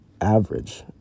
average